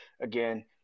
again